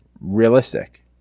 realistic